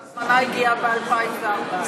תנצלי את ההזדמנות לציין שההזמנה הגיעה ב-2014.